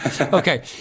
Okay